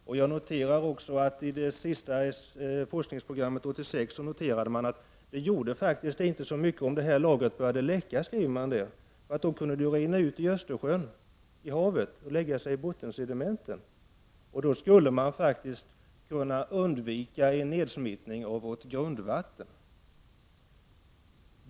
I forskningsprogrammet 1986 noterade man att det faktiskt inte gjorde så mycket om avfallslagret började läcka — då kunde det ju rinna ut i Östersjön, i havet, och lägga sig i bottensedimenten, och då skulle man faktiskt kunna undvika en nedsmittning av vårt grundvatten!